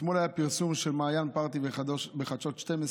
אתמול היה פרסום של מעיין פרתי בחדשות 12